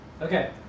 Okay